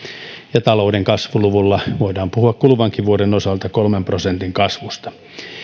ja talouden kasvuluvuilla voidaan puhua kuluvankin vuoden osalta kolmen prosentin kasvusta